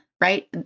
right